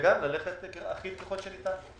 וגם ללכת באופן אחיד ככל שניתן,